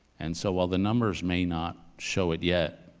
and so while the numbers may not show it yet,